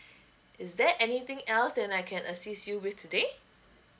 is there anything else that I can assist you with today